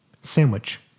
Sandwich